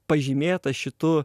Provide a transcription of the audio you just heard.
pažymėta šitu